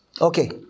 Okay